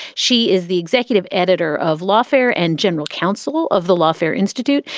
she is the executive editor of lawfare and general counsel of the lawfare institute.